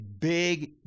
big